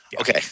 Okay